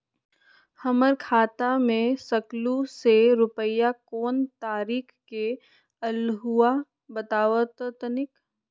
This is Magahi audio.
हमर खाता में सकलू से रूपया कोन तारीक के अलऊह बताहु त तनिक?